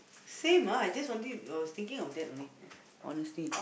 same ah I just wanting I was thinking of that only honestly